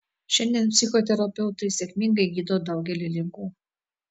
šiandien psichoterapeutai sėkmingai gydo daugelį ligų